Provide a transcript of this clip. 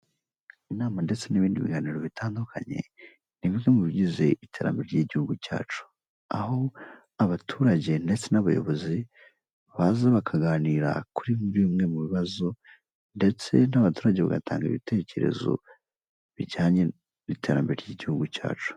Inama ndetse n'ibindi biganiro bitandukanye ni bimwe mu bigize iterambere ry'igihugu cyacu, aho abaturage ndetse n'abayobozi baza bakaganira kuri muri bimwe mu bibazo, ndetse n'abaturage bagatanga ibitekerezo bijyanye n'iterambere ry'igihugu cyacu.